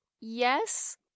Yes